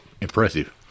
Impressive